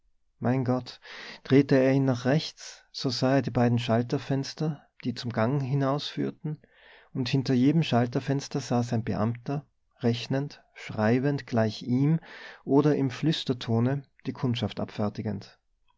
mein gott drehte er ihn nach rechts so sah er die beiden schalterfenster die zum gang hinausführten und hinter jedem schalterfenster saß ein beamter rechnend schreibend gleich ihm oder im flüstertone die kundschaft abfertigend